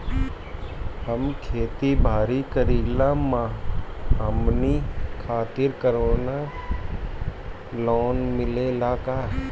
हम खेती बारी करिला हमनि खातिर कउनो लोन मिले ला का?